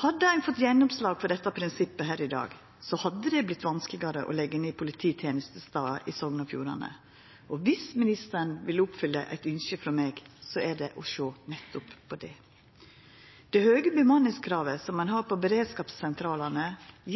Hadde ein fått gjennomslag for dette prinsippet her i dag, hadde det vorte vanskelegare å leggja ned polititenestestader i Sogn og Fjordane, og dersom ministeren vil oppfylla eit ynske frå meg, er det å sjå nettopp på det. Det høge bemanningskravet som ein har til beredskapssentralane,